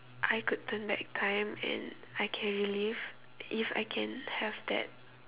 I could turn back time and I can relief if I can have that